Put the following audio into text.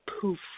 poof